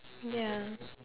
ya